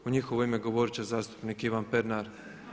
U njihovo ime govorit će zastupnik Ivan Pernar.